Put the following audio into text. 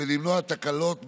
ולמנוע תקלות בהמשך.